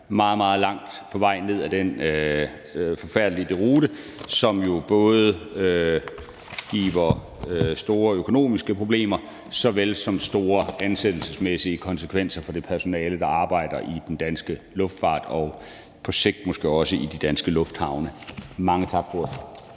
meget, meget langt på vej ned ad en forfærdelig deroute, som jo både giver store økonomiske problemer såvel som store ansættelsesmæssige konsekvenser for det personale, der arbejder i den danske luftfart og på sigt måske også i de danske lufthavne. Mange tak for ordet.